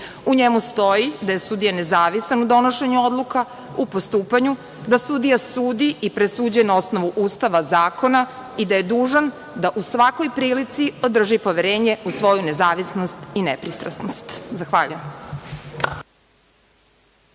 U njemu stoji da je sudija nezavisan u donošenju odluka u postupanju, da sudija sudi i presuđuje na osnovu Ustava i zakona i da je dužan da u svakoj prilici održi poverenje u svoju nezavisnost i nepristrasnost. Zahvaljujem.